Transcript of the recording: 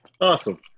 Awesome